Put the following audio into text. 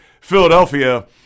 Philadelphia